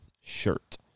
Shirt